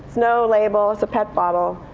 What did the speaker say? no label, it's a bottle.